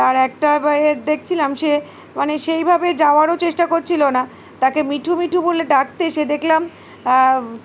তার একটা দেখছিলাম সে মানে সেইভাবে যাওয়ারও চেষ্টা করছিল না তাকে মিঠু মিঠু বলে ডাকতে সে দেখলাম